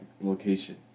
location